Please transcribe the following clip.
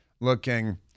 looking